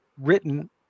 written